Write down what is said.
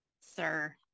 sir